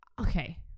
okay